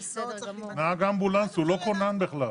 נהג אמבולנס הוא לא כונן בכלל,